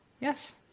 Yes